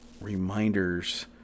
reminders